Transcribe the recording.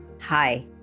Hi